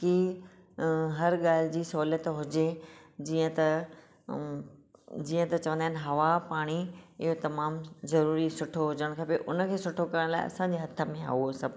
कि हर ॻाल्हि जी सहूलियत हुजे जीअं त जीअं त चवन्दा आहिनि हवा पाणी हीअ तमामु ज़रूरी सुठो हुॼण खपे हुनखे सुठो करण लाइ असांजे हथ में आहे हूअ सभु